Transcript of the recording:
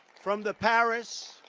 from the paris